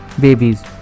babies